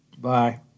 Bye